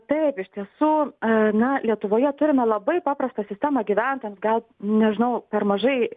taip taip iš tiesų a na lietuvoje turime labai paprastą sistemą gyventojams gal nežinau per mažai